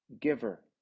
giver